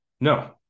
no